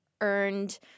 earned